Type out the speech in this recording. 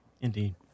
indeed